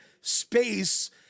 space